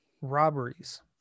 robberies